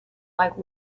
like